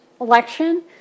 election